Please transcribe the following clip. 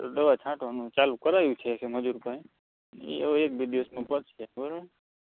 હાલ દવા છાંટવાનું ચાલુ કરાવ્યું છે કે મજૂર પાસે એ હવે એક બે દિવસમાં પતશે બરાબર